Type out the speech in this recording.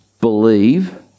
believe